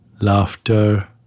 laughter